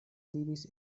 diris